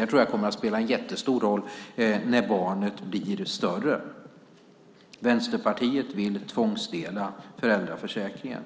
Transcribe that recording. Jag tror att det kommer att spela en jättestor roll när barnet blir större. Vänsterpartiet vill tvångsdela föräldraförsäkringen.